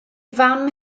fam